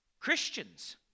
Christians